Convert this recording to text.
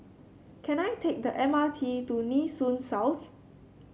can I take the M R T to Nee Soon South